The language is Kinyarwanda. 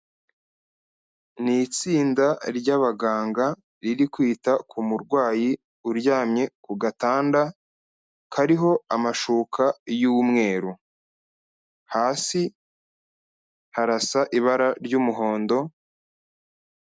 Ni itsinda ry'abaganga riri kwita ku murwayi uryamye ku gatanda kariho amashuka y'umweru, hasi harasa ibara ry'umuhondo.